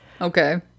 Okay